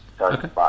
Okay